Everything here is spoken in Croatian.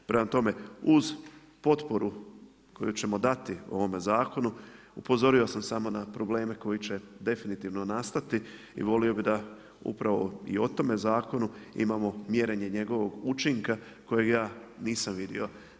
Prema tome, uz potporu koju ćemo dati ovome zakonu upozorio sam samo na probleme koji će definitivno nastati i volio bih da upravo i o tome zakonu imamo mjerenje njegovog učinka kojeg ja nisam vidio.